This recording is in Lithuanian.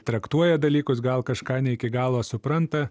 traktuoja dalykus gal kažką ne iki galo supranta